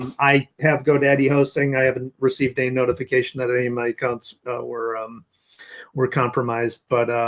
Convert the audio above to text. i have godaddy hosting, i have and received a notification that a my accounts were um were compromised. but,